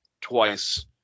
twice